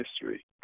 history